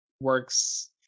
works